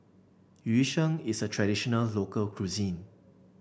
Yu Sheng is a traditional local cuisine